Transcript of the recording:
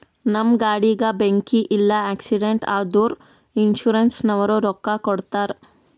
ನಮ್ ಗಾಡಿಗ ಬೆಂಕಿ ಇಲ್ಲ ಆಕ್ಸಿಡೆಂಟ್ ಆದುರ ಇನ್ಸೂರೆನ್ಸನವ್ರು ರೊಕ್ಕಾ ಕೊಡ್ತಾರ್